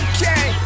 Okay